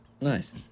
Nice